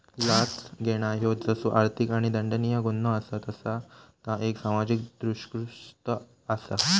लाच घेणा ह्यो जसो आर्थिक आणि दंडनीय गुन्हो असा तसा ता एक सामाजिक दृष्कृत्य असा